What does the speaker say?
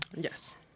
Yes